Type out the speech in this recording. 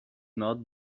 not